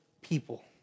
people